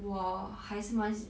我还是蛮喜